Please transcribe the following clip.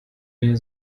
mehr